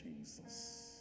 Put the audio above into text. Jesus